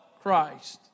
Christ